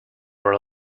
were